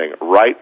right